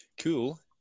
Cool